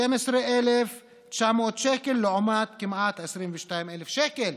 12,900 שקל לעומת כמעט 22,000 שקל.